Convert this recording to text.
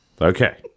okay